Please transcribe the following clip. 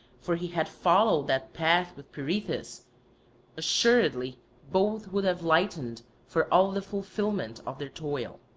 for he had followed that path with peirithous assuredly both would have lightened for all the fulfilment of their toil.